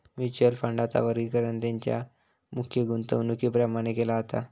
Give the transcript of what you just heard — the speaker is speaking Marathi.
म्युच्युअल फंडांचा वर्गीकरण तेंच्या मुख्य गुंतवणुकीप्रमाण केला जाता